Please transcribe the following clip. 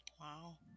wow